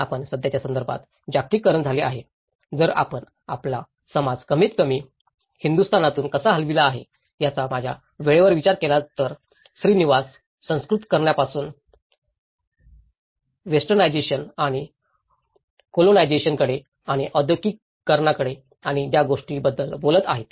आपल्या सध्याच्या संदर्भात जागतिकीकरण झाले आहे जर आपण आपला समाज कमीतकमी हिंदुस्थानातून कसा हलविला आहे याचा माझ्या वेळेवर विचार केला तर श्रीनिवास संस्कृतकरणापासून वेस्टनाजेशन आणि कोलोनाजेशनकडे आणि औद्योगिकीकरणाकडे आणि ज्या गोष्टींबद्दल बोलत आहेत